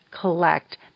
collect